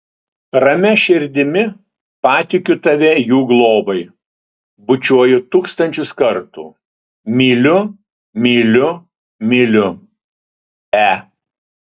ramia širdimi patikiu tave jų globai bučiuoju tūkstančius kartų myliu myliu myliu e